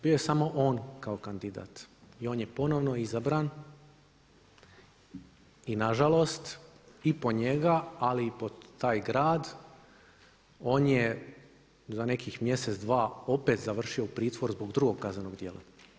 Bio je samo on kao kandidat i on je ponovno izabran i na žalost i po njega, ali i po taj grad on je za nekih mjesec, dva opet završio u pritvoru zbog drugog kaznenog djela.